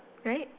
right